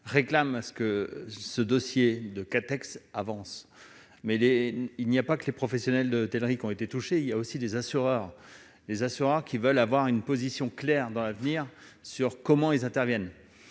réclame à ce que ce dossier de 4 textes avance mais est il n'y a pas que les professionnels de telle risques ont été touchés, il y a aussi des assureurs, les assureurs, qui veulent avoir une position claire dans l'avenir, sur comment ils interviennent